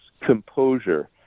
composure